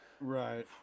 Right